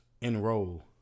enroll